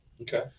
Okay